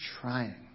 trying